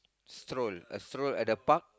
stroll a stroll at the park